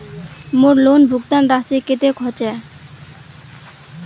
मोर लोन भुगतान राशि कतेक होचए?